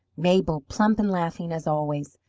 mabel, plump and laughing, as always,